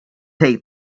take